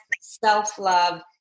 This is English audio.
self-love